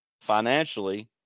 Financially